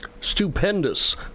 Stupendous